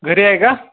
घरी आहे का